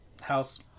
house